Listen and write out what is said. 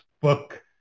book